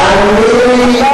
תענה לי.